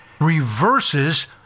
reverses